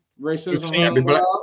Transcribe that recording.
racism